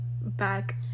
back